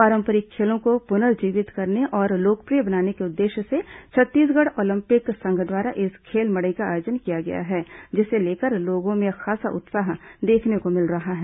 पारंपरिक खेलों को पुनर्जीवित करने और लोकप्रिय बनाने के उद्देश्य से छत्तीसगढ़ ओलम्पिक संघ द्वारा इस खेल मड़ई का आयोजन किया गया है जिसे लेकर लोगों में खासा उत्साह देखने को मिल रहा है